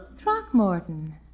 Throckmorton